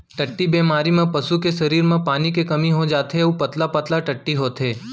टट्टी बेमारी म पसू के सरीर म पानी के कमी हो जाथे अउ पतला पतला टट्टी होथे